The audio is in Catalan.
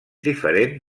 diferent